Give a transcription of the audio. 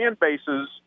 bases